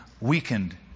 weakened